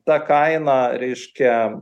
ta kaina reiškia